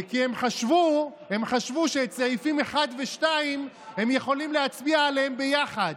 כי הם חשבו שעל סעיפים 1 ו-2 הם יכולים להצביע ביחד,